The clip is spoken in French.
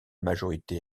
majorité